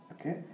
Okay